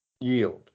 yield